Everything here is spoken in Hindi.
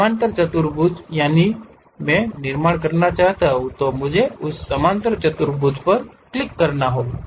समांतर चतुर्भुज यदि मैं निर्माण करना चाहूंगा तो मुझे उस समांतर चतुर्भुज पर क्लिक करना होगा